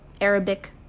Arabic